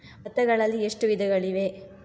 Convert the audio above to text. ಭತ್ತಗಳಲ್ಲಿ ಎಷ್ಟು ವಿಧಗಳಿವೆ?